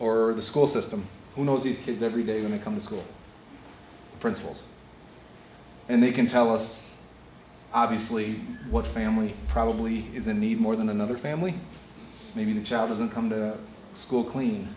the school system who knows these kids every day when they come to school principals and they can tell us obviously what family probably is a need more than another family maybe the child doesn't come to school clean